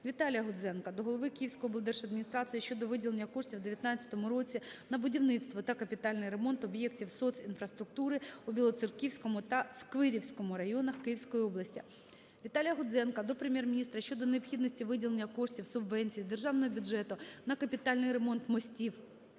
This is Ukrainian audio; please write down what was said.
Віталія Гудзенка до голови Київської облдержадміністрації щодо виділення коштів у 19-му році на будівництво та капітальний ремонт об'єктів соцінфраструктури у Білоцерківському та Сквирському районах Київської області. Віталія Гудзенка до Прем'єр-міністра щодо необхідності виділення коштів (субвенції) з Державного бюджету на капітальний ремонт мостів